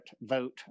vote